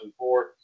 2004